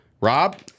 Rob